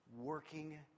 working